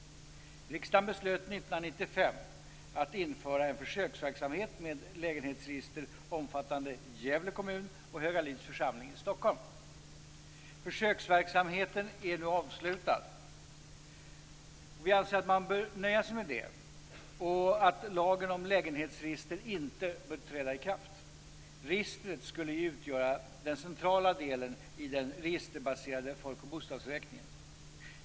Riksdagen beslöt 1995 att införa en försöksverksamhet med lägenhetsregister omfattande Gävle kommun och Högalids församling i Stockholm. Försöksverksamheten är nu avslutad. Vi anser att man bör nöja sig med det och att lagen om lägenhetsregister inte bör träda i kraft. Registret skulle utgöra den centrala delen i den registerbaserade folk och bostadsräkningen.